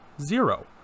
zero